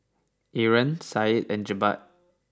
Aaron Said and Jebat